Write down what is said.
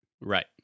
Right